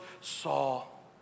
Saul